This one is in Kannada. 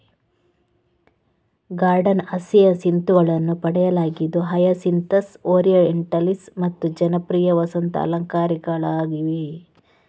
ಗಾರ್ಡನ್ ಹಸಿಯಸಿಂತುಗಳನ್ನು ಪಡೆಯಲಾಗಿದ್ದು ಹಯಸಿಂಥಸ್, ಓರಿಯೆಂಟಲಿಸ್ ಮತ್ತು ಜನಪ್ರಿಯ ವಸಂತ ಅಲಂಕಾರಿಕಗಳಾಗಿವೆ